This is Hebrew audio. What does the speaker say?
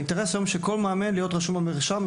האינטרס של כל מאמן הוא להיות רשום במרשם,